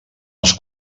els